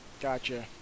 Gotcha